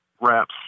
wraps